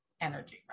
energy